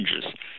changes